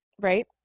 right